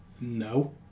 No